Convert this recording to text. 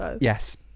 Yes